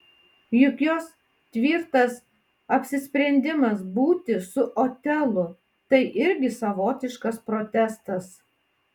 juk jos tvirtas apsisprendimas būti su otelu tai irgi savotiškas protestas